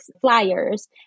flyers